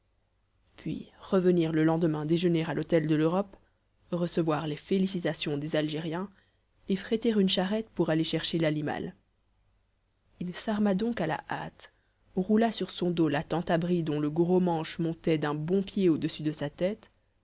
puis revenir le lendemain déjeuner à l'hôtel de l'europe recevoir les félicitations des algériens et fréter une charrette pour aller chercher l'animal il s'arma donc à la hâte roula sur son dos la tente abri dont le gros manche montait d'un bon pied au-dessus de sa tête